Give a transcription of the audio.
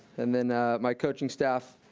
and then my coaching staff.